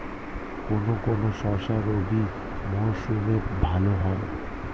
কোন কোন শস্য রবি মরশুমে ভালো হয়?